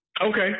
Okay